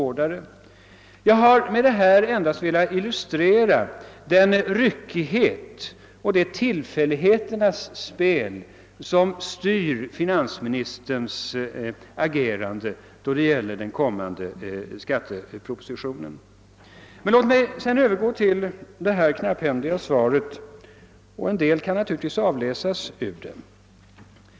Jag har med detta endast velat illustrera den ryckighet och de tillfälligheternas spel som styr finansministerns agerande då det gäller den kommande skattepropositionen. Låt mig sedan övergå till det knapphändiga svaret. En del kan naturligtvis avläsas ur det.